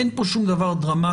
אין פה שום דבר דרמטי,